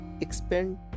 Expand